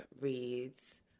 reads